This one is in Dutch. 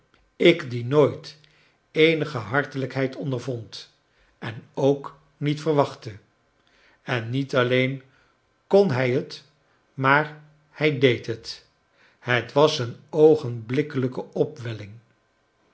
ik die nooit eenige hartelijkhcid ondervond en ook niet verwachtte i en niet alleen kon hij het maar hij deed het het was een oogenblikkelijke op